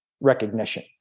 recognition